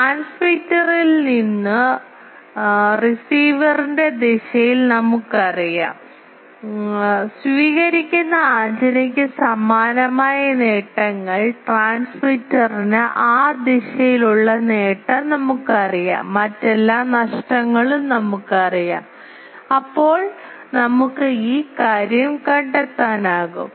ട്രാൻസ്മിറ്ററിൽ നിന്നുള്ള റിസീവറിന്റെ ദിശയിൽ നമുക്കറിയാം സ്വീകരിക്കുന്ന ആന്റിനയ്ക്ക് സമാനമായ നേട്ടങ്ങൾ ട്രാൻസ്മിറ്ററിന് ആ ദിശയിലുള്ള നേട്ടം നമുക്കറിയാം മറ്റെല്ലാ നഷ്ടങ്ങളും നമുക്കറിയാം അപ്പോൾ നമുക്ക് ഈ കാര്യം കണ്ടെത്താനാകും